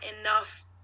enough